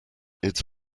it’s